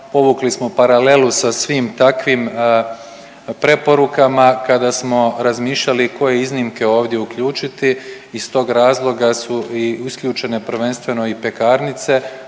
povukli smo paralelu sa svim takvim preporukama kada smo razmišljali koje iznimke ovdje uključiti. Iz tog razloga su i isključene prvenstveno i pekarnice